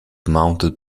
mounted